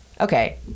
okay